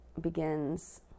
begins